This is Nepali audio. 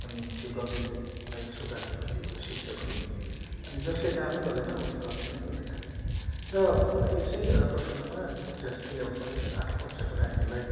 अनि त्यो गल्तीलाई सुधार्छ पनि अनि सिक्छ पनि अनि जसले कामै गर्दैन उसले गल्ती पनि गर्दैन र यसै प्रसङ्गमा हिजो अस्ति अब मैले आठौँ कक्षाको नानीहरूलाई